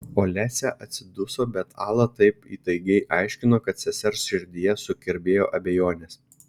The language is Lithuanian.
olesia atsiduso bet ala taip įtaigiai aiškino kad sesers širdyje sukirbėjo abejonės